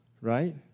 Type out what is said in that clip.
right